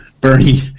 Bernie